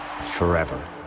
Forever